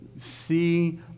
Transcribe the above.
see